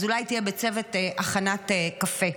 אז אולי תהיה בצוות הכנת קפה,